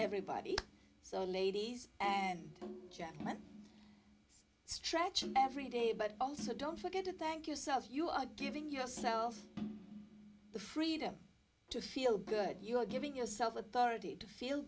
everybody so ladies and gentleman strachan every day but also don't forget to thank yourself you are giving yourself the freedom to feel good you are giving yourself authority to feel